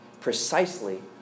precisely